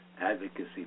advocacy